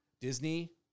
Disney